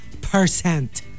percent